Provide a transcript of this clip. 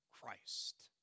Christ